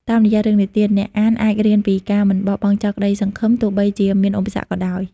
តាមរយៈរឿងនិទាន អ្នកអានអាចរៀនពីការមិនបោះបង់ចោលក្តីសង្ឃឹម ទោះបីជាមានឧបសគ្គក៏ដោយ។